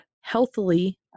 Healthily